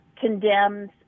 condemns